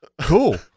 Cool